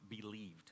believed